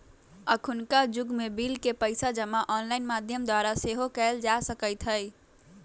अखुन्का जुग में बिल के पइसा जमा ऑनलाइन माध्यम द्वारा सेहो कयल जा सकइत हइ